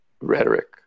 rhetoric